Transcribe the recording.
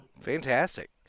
Fantastic